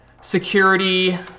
security